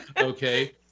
Okay